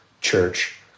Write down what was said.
church